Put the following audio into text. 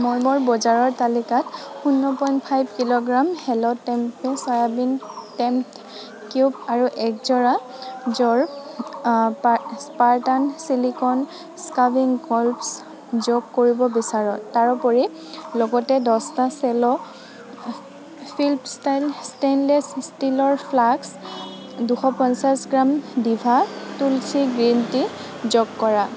মই মোৰ বজাৰৰ তালিকাত শূণ্য point five kilogram Hello tempeh চয়াবিনৰ টেম্প কিউব আৰু এক যোৰা যোৰ স্পাৰ্টান ছিলিকন স্ক্ৰাবিং গ্ল'ভছ যোগ কৰিব বিচাৰোঁ তাৰোপৰি লগতে দহটা চেলো ফ্লিপ ষ্টাইল ষ্টেইনলেছ ষ্টীলৰ ফ্লাস্ক দুশ পঞ্চাছ gram Diva tulsi green tea যোগ কৰা